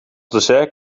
dessert